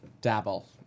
dabble